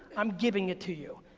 i'm giving it to you.